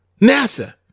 NASA